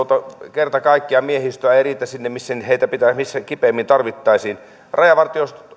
kerta kaikkiaan miehistöä ei riitä sinne missä heitä kipeimmin tarvittaisiin rajavartiosto